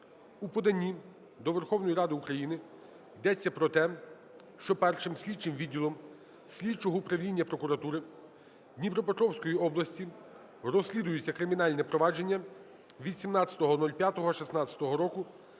У поданні до Верховної Ради України йдеться про те, що Першим слідчим відділом слідчого управління Прокуратури Дніпропетровської області розслідується кримінальне провадження від 17.05.16 року